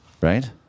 Right